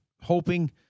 hoping